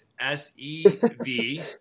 S-E-V